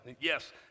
Yes